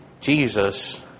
Jesus